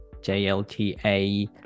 JLTA